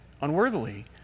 unworthily